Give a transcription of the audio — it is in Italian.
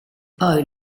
poi